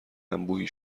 انبوهی